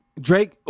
Drake